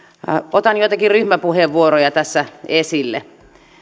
otan joitakin ryhmäpuheenvuoroja tässä esille